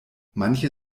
manche